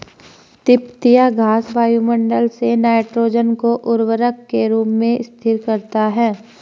तिपतिया घास वायुमंडल से नाइट्रोजन को उर्वरक के रूप में स्थिर करता है